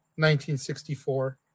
1964